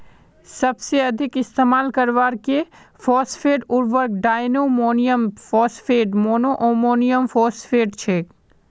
सबसे अधिक इस्तेमाल करवार के फॉस्फेट उर्वरक डायमोनियम फॉस्फेट, मोनोअमोनियमफॉस्फेट छेक